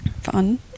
fun